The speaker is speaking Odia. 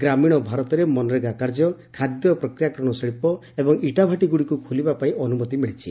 ଗ୍ରାମୀଣ ଭାରତରେ ମନରେଗା କାର୍ଯ୍ୟ ଖାଦ୍ୟ ପ୍ରକ୍ରିୟାକରଣ ଶିଳ୍ପ ଏବଂ ଇଟା ଭାଟିଗୁଡ଼ିକୁ ଖୋଲିବା ପାଇଁ ଅନୁମତି ମିଳିଛି